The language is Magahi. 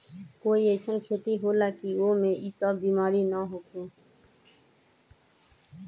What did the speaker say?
कोई अईसन खेती होला की वो में ई सब बीमारी न होखे?